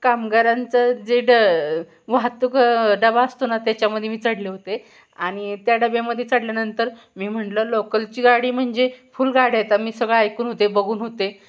कामगारांचं जे ड वाहतूक डबा असतो ना त्याच्यामध्ये मी चढले होते आणि त्या डब्यामध्ये चढल्यानंतर मी म्हणलं लोकलची गाडी म्हणजे फुलगाड्यात आता मी सगळं ऐकून होते बघून होते